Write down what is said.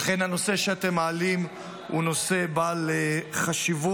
אכן הנושא שאתם מעלים הוא נושא בעל חשיבות.